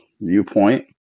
viewpoint